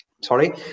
Sorry